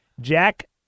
Jack